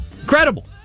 Incredible